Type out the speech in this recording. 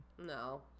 No